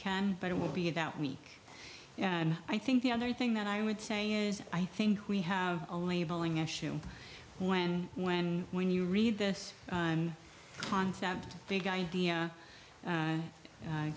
can but it will be that week and i think the other thing that i would say is i think we have a labeling issue when when when you read this concept big idea